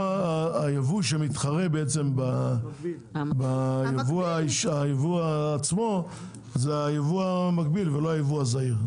הייבוא שמתחרה בייבוא הישיר הוא הייבוא המקביל ולא הייבוא הזעיר.